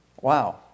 Wow